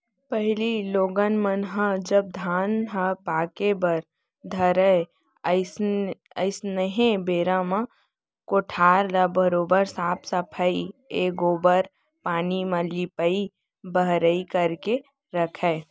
पहिली लोगन मन ह जब धान ह पाके बर धरय अइसनहे बेरा म कोठार ल बरोबर साफ सफई ए गोबर पानी म लिपाई बहराई करके राखयँ